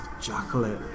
chocolate